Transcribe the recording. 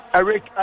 Eric